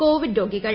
Covid രോഗികൾ